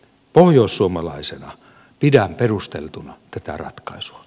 pohjoissuomalaisena pidän perusteltuna tätä ratkaisua